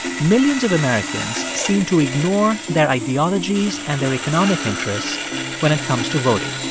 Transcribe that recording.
millions of americans seem to ignore their ideologies and their economic interests when it comes to voting.